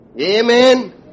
Amen